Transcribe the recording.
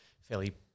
fairly